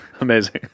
Amazing